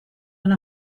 and